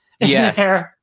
Yes